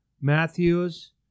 Matthews